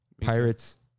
Pirates